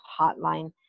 hotline